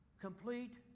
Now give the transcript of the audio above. complete